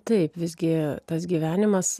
taip visgi tas gyvenimas